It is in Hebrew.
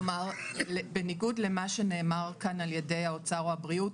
כלומר בניגוד למה שנאמר כאן על ידי האוצר או הבריאות,